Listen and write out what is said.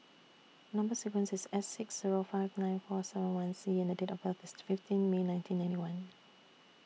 Number sequence IS S six Zero five nine four seven one C and Date of birth IS fifteen May nineteen ninety one